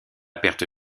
perte